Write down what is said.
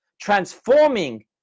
transforming